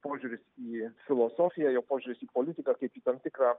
požiūris į filosofiją jo požiūris į politiką kaip į tam tikrą